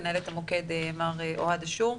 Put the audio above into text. מנהל את המוקד מר אוהד אשור.